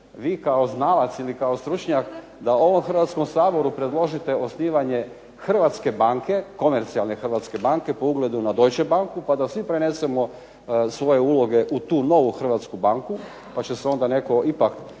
vi kao znalac ili kao stručnjak da ovom Hrvatskom saboru predložite osnivanje komercijalne hrvatske banke po ugledu na Deutsche banku pa da svi prenesemo svoje uloge u tu novu hrvatsku banku pa će se onda ipak